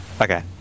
okay